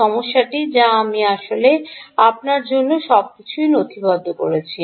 সমস্যাটি যা আমি আসলে আপনার জন্য সবকিছুই নথিবদ্ধ করেছি